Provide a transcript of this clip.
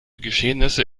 geschehnisse